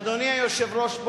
אדוני היושב-ראש,